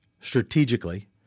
strategically